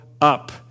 up